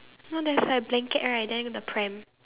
no there's like a blanket right then the pram